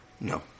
No